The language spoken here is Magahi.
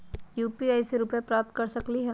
यू.पी.आई से रुपए प्राप्त कर सकलीहल?